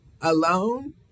alone